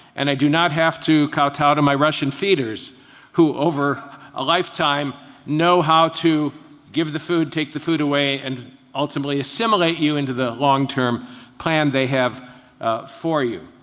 and i do not have to cow tow to my russian feeders who over a lifetime know how to give the food, take the food away, and ultimately assimilate you into the long-term plan they have for you.